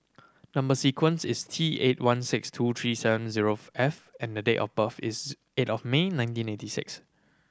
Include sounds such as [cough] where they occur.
number sequence is T eight one six two three seven zero [unintelligible] F and the date of birth is eight of May nineteen eighty six